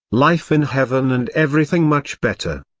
life in heaven and everything much better.